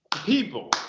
People